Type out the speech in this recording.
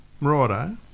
Right